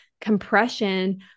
compression